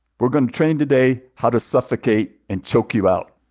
we're gonna train today how to suffocate and choke you out?